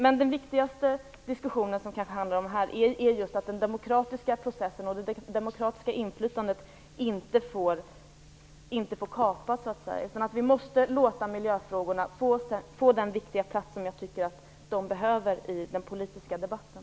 Men den viktigaste diskussionen gäller just att den demokratiska processen och det demokratiska inflytandet inte får kapas, så att säga. Vi måste låta miljöfrågorna få den viktiga plats som jag tycker att de behöver i den politiska debatten.